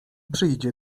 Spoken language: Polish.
przyjdzie